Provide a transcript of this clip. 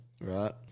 Right